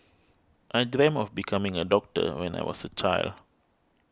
I dreamt of becoming a doctor when I was a child